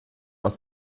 aus